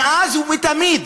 מאז ומתמיד,